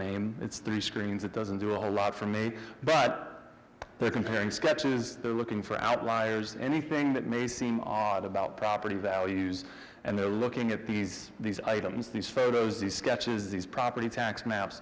name it's three screens it doesn't do a lot for me but they're comparing sketches they're looking for outliers anything that may seem odd about property values and they're looking at these these items these photos these sketches these property tax ma